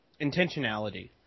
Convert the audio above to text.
Intentionality